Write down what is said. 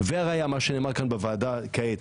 וזה מה שנאמר כאן בוועדה כעת,